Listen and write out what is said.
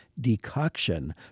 decoction